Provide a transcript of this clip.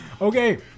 Okay